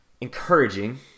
encouraging